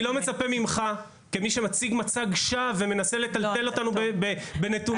אני לא מצפה ממך כמי שמציג מצג שווא ומנסה לטלטל אותנו בנתונים.